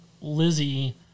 Lizzie